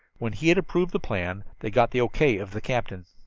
when he had approved the plan they got the o. k. of the captain.